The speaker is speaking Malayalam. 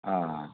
ആ